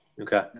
Okay